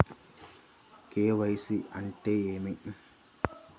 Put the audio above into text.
KYC అంటే ఏమి?